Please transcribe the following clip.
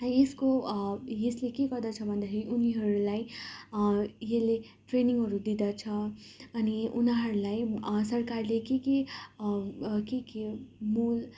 यसको यसले के गर्दछ भन्दाखेरि उनीहरूलाई यसले ट्रेनिङहरू दिँदछ अनि उनीहरूलाई सरकारले के के के के मोल